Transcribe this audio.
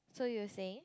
so you're saying